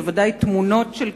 ודאי תמונות של קטינים,